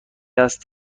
است